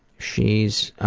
she's